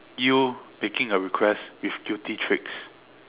you making a request with guilty tricks